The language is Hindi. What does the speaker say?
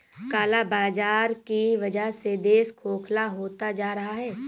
काला बाजार की वजह से देश खोखला होता जा रहा है